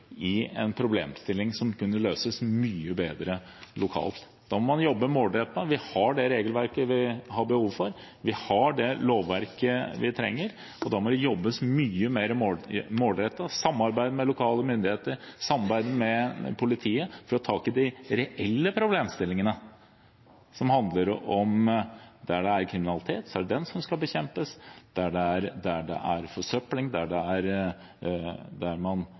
i en problemstilling som kunne løses mye bedre lokalt. Da må man jobbe målrettet. Vi har det regelverket vi har behov for. Vi har det lovverket vi trenger. Da må det jobbes mye mer målrettet – samarbeid med lokale myndigheter, samarbeid med politiet – for å ta tak i de reelle problemstillingene, som handler om at der det er kriminalitet, er det den som skal bekjempes, der det er forsøpling, der man camper ulovlig, er det det man skal ta tak i. Men det er